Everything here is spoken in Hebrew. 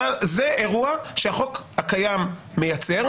זה אירוע שהחוק הקיים מייצר,